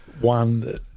one